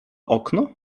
okno